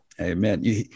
Amen